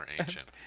ancient